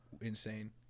insane